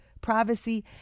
privacy